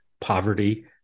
poverty